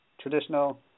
traditional